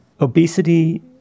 obesity